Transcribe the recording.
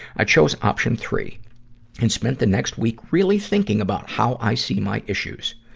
i chose option three and spent the next week really thinking about how i see my issues.